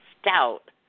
Stout